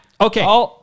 Okay